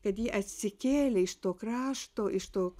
kad ji atsikėlė iš to krašto iš to